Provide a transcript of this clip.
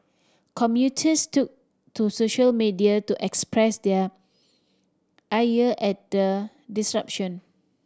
commuters took to social media to express their ire at the disruption